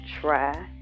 try